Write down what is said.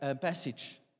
passage